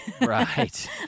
Right